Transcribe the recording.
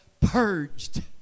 purged